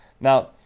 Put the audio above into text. Now